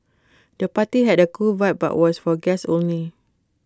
the party had A cool vibe but was for guests only